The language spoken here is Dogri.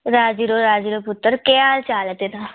राजी रौह् राजी रौह् पुत्तर केह् हाल चाल ऐ तेरा